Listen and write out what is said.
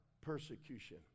persecution